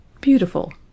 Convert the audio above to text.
Beautiful